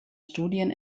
studien